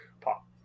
pop